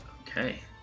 Okay